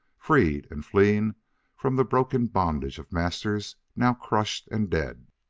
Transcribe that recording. freed and fleeing from the broken bondage of masters now crushed and dead!